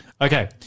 okay